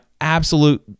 absolute